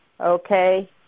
okay